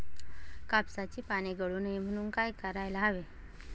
कापसाची पाने गळू नये म्हणून काय करायला हवे?